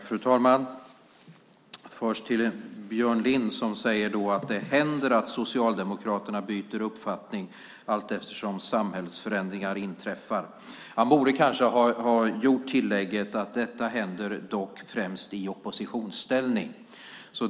Fru talman! Björn Lind säger att det händer att Socialdemokraterna byter uppfattning allteftersom samhällsförändringar inträffar. Kanske borde han ha tillagt att detta dock främst händer i oppositionsställning.